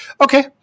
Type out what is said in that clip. Okay